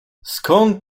skąd